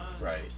right